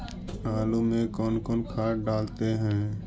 आलू में कौन कौन खाद डालते हैं?